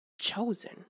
Chosen